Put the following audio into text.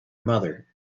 mother